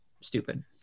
stupid